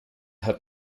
hat